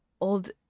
old